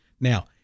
Now